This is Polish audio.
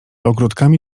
ogródkami